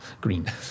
green